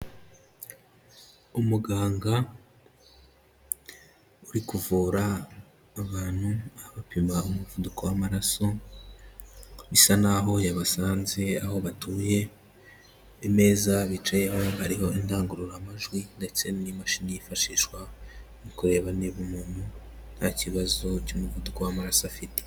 Umuganga uri kuvura abantu, abapima umuvuduko w'amaraso, bisa naho yabasanze aho batuye, imeza bicayeho hariho indangururamajwi ndetse n'imashini yifashishwa mu kureba niba umuntu nta kibazo cy'umuvuduko w'amaraso afite.